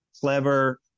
clever